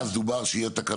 אז דובר על כך שיהיו תקנות.